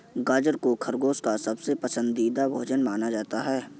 गाजर को खरगोश का सबसे पसन्दीदा भोजन माना जाता है